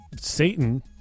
Satan